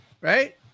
right